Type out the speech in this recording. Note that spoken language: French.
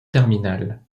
terminales